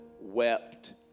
wept